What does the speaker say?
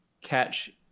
catch